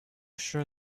sure